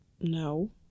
No